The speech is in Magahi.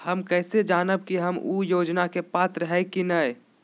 हम कैसे जानब की हम ऊ योजना के पात्र हई की न?